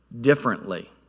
differently